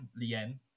Lien